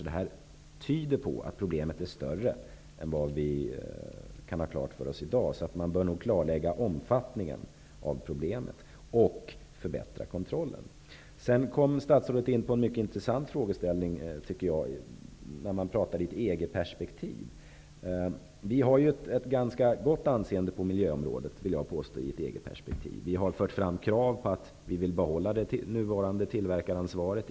Det tyder på att problemet är större än vad vi kan ha klart för oss i dag. Man bör nog alltså klarlägga omfattningen av problemet och även förbättra kontrollen. Statsrådet kom in på en mycket intressant fråga. Det talades ju här om EG-perspektivet. Sverige har i EG-perspektivet, vill jag påstå, ett ganska gott anseende på miljöområdet. Vi har framfört krav på EES-avtalet och sagt att vi vill behålla det nuvarande tillverkaransvaret.